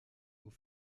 aux